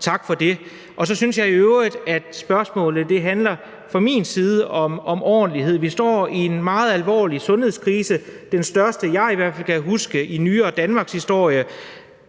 tak for det. Så synes jeg i øvrigt, at spørgsmålet fra min side handler om ordentlighed. Vi står i en meget alvorlig sundhedskrise, den største, jeg i hvert fald kan huske i nyere danmarkshistorie.